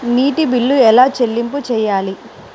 నీటి బిల్లు ఎలా చెల్లింపు చేయాలి?